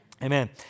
Amen